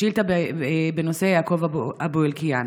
היא בנושא יעקב אבו אלקיעאן.